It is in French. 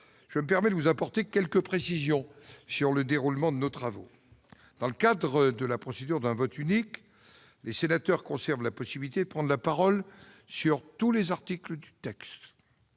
je me permets de vous apporter quelques précisions sur le déroulement de nos travaux. Dans le cadre de la procédure du vote unique, les sénateurs conservent la possibilité de prendre la parole sur tous les articles du texte,